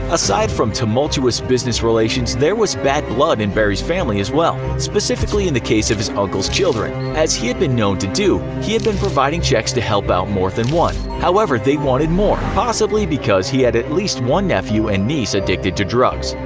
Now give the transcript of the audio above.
aside from tumultuous business relations there was bad-blood in barry's family as well. specifically, in the case of his uncle's children. as he had been known to do, he had been providing checks to help out more than one. however, they wanted more, possibly because he had at least one nephew and niece addicted to drugs.